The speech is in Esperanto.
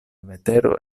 vetero